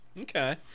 okay